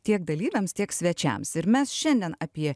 tiek dalyviams tiek svečiams ir mes šiandien apie